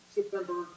September